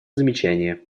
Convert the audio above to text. замечания